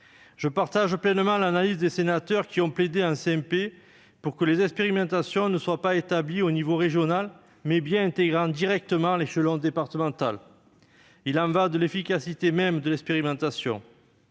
Je partage pleinement l'analyse des sénateurs qui ont plaidé en commission mixte paritaire pour que les expérimentations ne soient pas établies au niveau régional, mais bien en intégrant directement l'échelon départemental. Il y va de l'efficacité même de l'expérimentation.